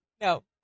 No